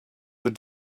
but